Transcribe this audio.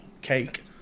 cake